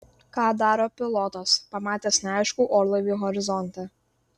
ką daro pilotas pamatęs neaiškų orlaivį horizonte